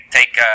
Take